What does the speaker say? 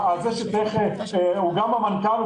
הוא גם המנכ"ל,